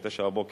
ב-09:00,